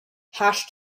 hash